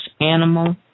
animal